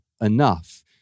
enough